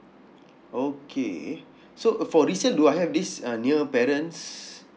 okay so uh for resale do I have this uh near parents